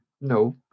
no